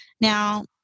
Now